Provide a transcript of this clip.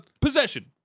possession